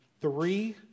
Three